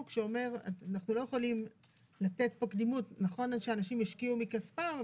שאומר שאנחנו לא יכולים לתת פה קדימות נכון שאנשים השקיעו מכספם,